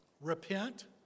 repent